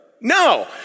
No